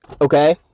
Okay